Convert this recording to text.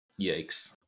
Yikes